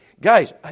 guys